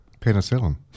Penicillin